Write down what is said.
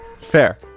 Fair